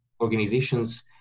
organizations